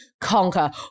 conquer